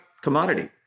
commodity